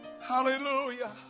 hallelujah